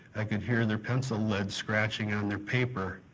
i could hear their pencil lead scratching on their paper.